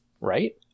Right